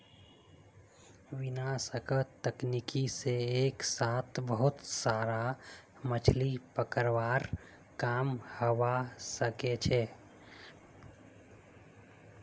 विनाशक तकनीक से एक साथ बहुत सारा मछलि पकड़वार काम हवा सके छे